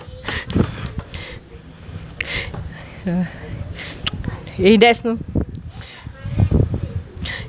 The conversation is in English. eh there's no